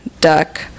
Duck